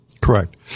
Correct